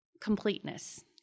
completeness